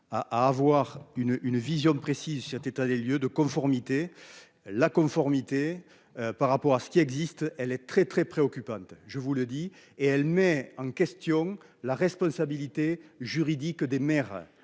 à avoir une une vision précise cet état des lieux de conformité la conformité par rapport à ce qui existe, elle est très très préoccupante, je vous le dis et elle met en question la responsabilité juridique des mères